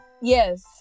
Yes